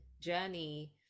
journey